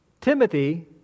Timothy